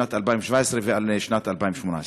שנת 2017 ושנת 2018?